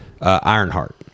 Ironheart